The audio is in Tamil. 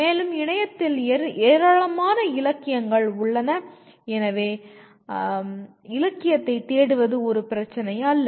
மேலும் இணையத்தில் ஏராளமான இலக்கியங்கள் உள்ளன எனவே இலக்கியத்தைத் தேடுவது ஒரு பிரச்சினை அல்ல